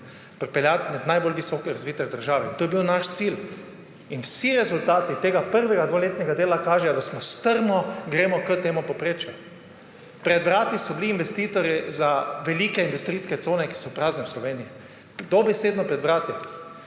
pripeljati med najbolj visoko razvite države. To je bil naš cilj. In vsi rezultati tega prvega dvoletnega dela kažejo, da gremo strmo k temu povprečju. Pred vrati so bili investitorji za velike industrijske cone, ki so prazne v Sloveniji. Dobesedno pred vrati.